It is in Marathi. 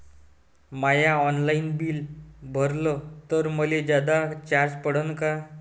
म्या ऑनलाईन बिल भरलं तर मले जादा चार्ज पडन का?